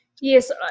Yes